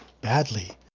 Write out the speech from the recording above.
badly